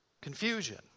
confusion